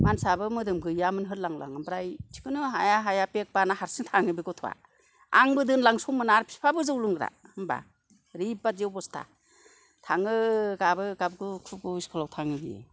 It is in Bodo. मानसियाबो मोदोम गैयामोन होरलां लां ओमफ्राय थिखोनो हाया हाया बेग बाना हारसिङै थाङो बे गथ'आ आंबो दोनलांनो सम मोना आरो फिफाबो जौ लोंग्रा होमबा ओरैबादि अबस्था थाङो गाबो गाबगु खुगु स्कुलाव थाङोमोन बेयो